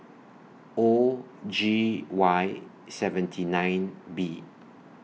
O G Y seventy nine B